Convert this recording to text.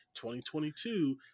2022